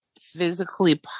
physically